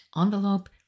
envelope